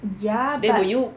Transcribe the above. then would you